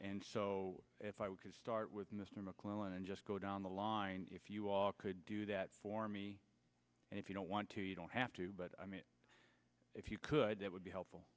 and so if i would start with mr mcclellan and just go down the line if you all could do that for me and if you don't want to you don't have to but i mean if you could that would be helpful